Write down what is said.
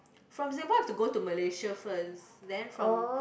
from Singapore you have to go to Malaysia first then from